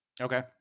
Okay